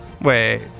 Wait